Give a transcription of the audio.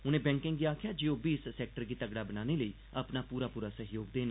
उनें बैंकें गी आक्खेआ जे ओह बी इस सैक्टर गी तगड़ा बनाने लेई अपना पूरा पूरा सैह्याग देन